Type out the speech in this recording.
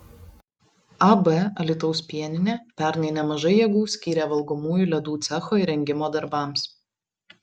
ab alytaus pieninė pernai nemažai jėgų skyrė valgomųjų ledų cecho įrengimo darbams